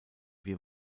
wir